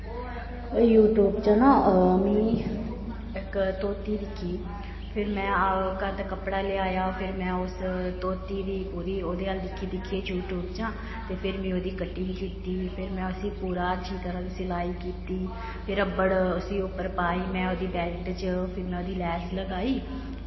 YouTube च ना मी इक धोती दिक्खी फिर में केह् आखदे कपड़ा लेआया फिर में उस धोती दी पूरी ओह्दे अ'ल्ल दिक्खी दिक्खियै यूटयूब चां ते फिर मी ओह्दी कटिंग कीती फिर में उस्सी पूरी अच्छी तरह् ओह्दी सलाई कीती फिर रब्बड़ उस्सी उप्पर पाई में ओह्दी बैल्ट च फिर में ओह्दी लैस लगाई